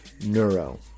Neuro